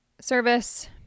Service